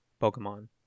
Pokemon